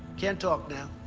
can't talk now,